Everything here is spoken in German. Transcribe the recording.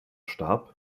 starb